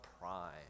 Prime